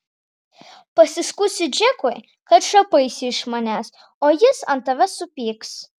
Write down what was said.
pasiskųsiu džekui kad šaipaisi iš manęs o jis ant tavęs supyks